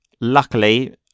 luckily